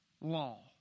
law